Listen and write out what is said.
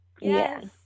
yes